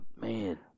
man